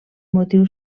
motiu